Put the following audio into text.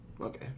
Okay